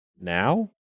Now